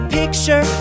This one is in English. picture